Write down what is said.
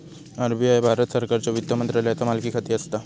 RBI Bharat सरकारच्यो वित्त मंत्रालयाचा मालकीखाली असा